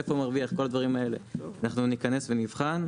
איפה מרוויח את כל הדברים האלה אנחנו ניכנס ונבחן.